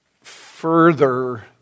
further